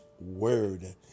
word